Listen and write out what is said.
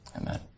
Amen